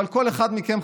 אבל כל אחד מכם,